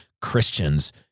Christians